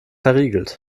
verriegelt